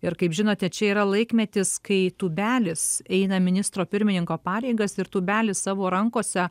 ir kaip žinote čia yra laikmetis kai tūbelis eina ministro pirmininko pareigas ir tūbelis savo rankose